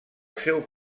seu